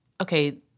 okay